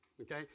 Okay